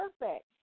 perfect